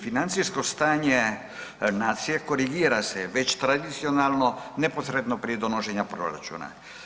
Financijsko stanje nacije korigira se već tradicionalno neposredno prije donošenja proračuna.